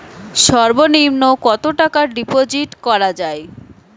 সর্ব নিম্ন কতটাকা ডিপোজিট করা য়ায়?